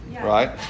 right